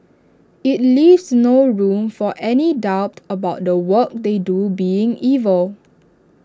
IT leaves no room for any doubt about the work they do being evil